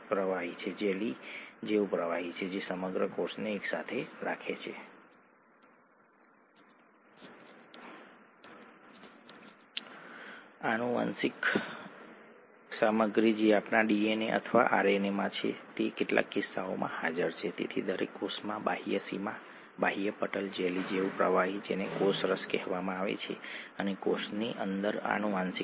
એક જ કોષમાં રહેલું ડીએનએ જો તમે ડીએનએને લંબાવો છો તો તે લગભગ 2 મીટર લાંબું હોઈ શકે છે ખરું ને